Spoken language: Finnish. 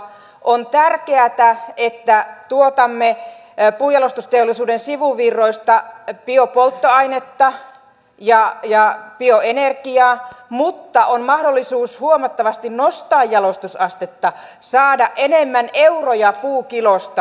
on tärkeätä että tuotamme puunjalostusteollisuuden sivuvirroista biopolttoainetta ja bioenergiaa mutta on mahdollisuus huomattavasti nostaa jalostusastetta saada enemmän euroja puukilosta